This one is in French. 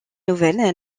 nouvelle